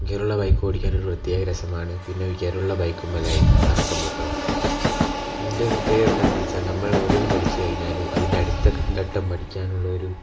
ഗിയറുള്ള ബൈക്കോടിക്കാൻ ഒരു പ്രത്യേക രസമാണ് പിന്നെ ഗിയറുള്ള ബൈക്കിൻ മേലായി കറക്കം മൊത്തം ഇതിൻറ്റെ പ്രത്യേകത എന്താന്നുവച്ചാൽ നമ്മൾ ഓരോന്ന് പഠിച്ചു കഴിഞ്ഞാലും അതിൻറ്റെ അടുത്ത ഘട്ടം പഠിക്കാനുള്ളൊരു